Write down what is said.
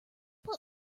put